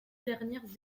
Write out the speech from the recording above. dernières